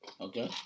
Okay